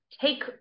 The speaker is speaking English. take